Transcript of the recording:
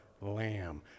lamb